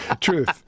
Truth